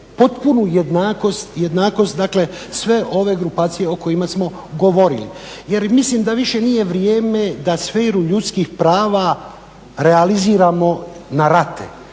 potpunu jednakost sve ove grupacije o kojima smo govorili. Jer mislim da nije više vrijeme da sferu ljudskih prava realiziramo na rate